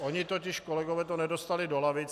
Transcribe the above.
Oni totiž kolegové to nedostali do lavic.